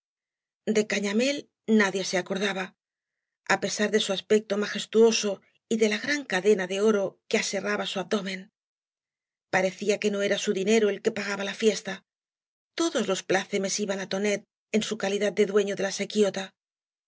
de cañamél nadie se acordaba á pesar de su aspecto majestuoso y de la gran cadena de oro que aserraba su abdomen parecía que no era su diaero el que pagaba la fiesta todos los plácemes iban á tonet en su calidad de dueño de la sequidta